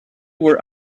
were